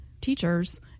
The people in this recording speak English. teachers